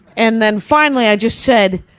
and then finally, i just said,